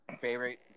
favorite